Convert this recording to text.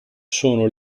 sono